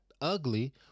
ugly